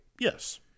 Yes